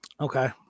Okay